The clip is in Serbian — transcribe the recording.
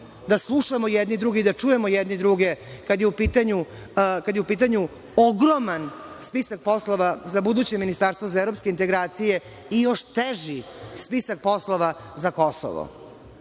da slušamo jedni druge i da čujemo jedni druge, kada je u pitanju ogroman spisak poslova za buduće ministarstvo za evropske integracije i još teži spisak poslova za Kosovo. Ako